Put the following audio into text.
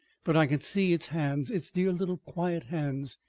but i can see its hands, its dear little quiet hands.